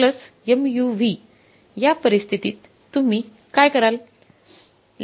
या परिस्थिती तुम्ही काय कराल